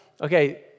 Okay